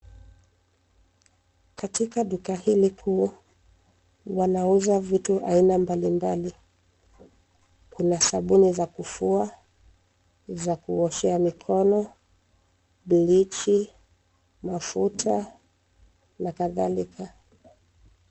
Katika duka hili kuna, wanauza vitu za aina mbalimbali. Kuna sabuni za kufua, za kuoshea mikono, blichi, mafuta na kadhalika.